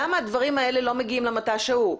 למה הדברים האלה לא מגיעים למט"ש ההוא?